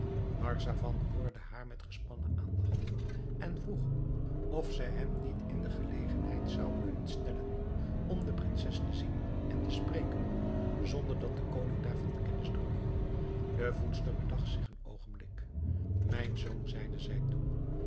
marzavan hoorde haar met gespannen aandacht en vroeg of zij hem niet in de gelegenheid zou kunnen stellen om de prinses te zien en te spreken zonder dat de koning daarvan kennis droeg de voedster bedacht zich een oogenblik mijn zoon zeide zij toen